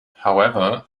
however